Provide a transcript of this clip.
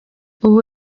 ubu